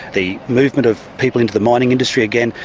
the movement of people into the mining industry, again,